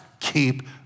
Keep